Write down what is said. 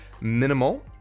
Minimal